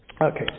Okay